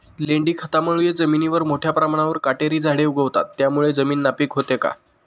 लेंडी खतामुळे जमिनीवर मोठ्या प्रमाणावर काटेरी झाडे उगवतात, त्यामुळे जमीन नापीक होते का?